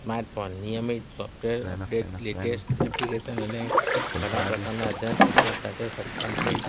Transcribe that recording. smart phone નિયમિત software update latest application અને ઘણાં પ્રકારના અદ્યતન ફીચર્સ સાથે સક્ષમ છે